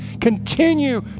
Continue